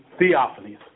theophanies